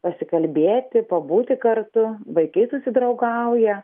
pasikalbėti pabūti kartu vaikai susidraugauja